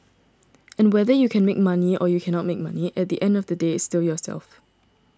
and whether you can make money or you cannot make money at the end of the day it's still yourself